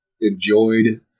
enjoyed